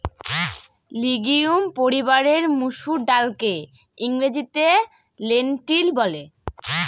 legume পরিবারের মসুর ডালকে ইংরেজিতে লেন্টিল বলে